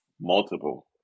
Multiple